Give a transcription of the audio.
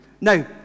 Now